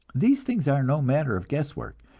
these things are no matter of guesswork,